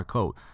Code